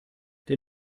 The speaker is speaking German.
der